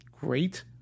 great